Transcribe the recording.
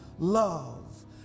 Love